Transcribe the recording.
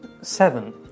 seven